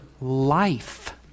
life